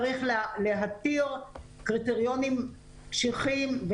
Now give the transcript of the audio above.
צריך להתיר קריטריונים קשיחים,